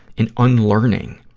an unlearning.